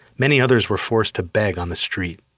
many others were forced to beg on the street.